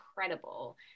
incredible